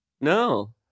No